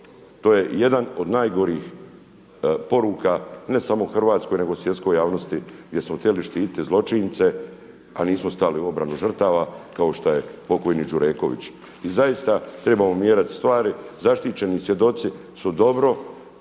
To je jedan od najgorih poruka ne samo hrvatskoj nego svjetskoj javnosti gdje smo htjeli štititi zločince a nismo stali u obranu žrtava kao što je pokojni Đureković. I zaista trebamo mijenjati stvari. Zaštićeni svjedoci su dobro,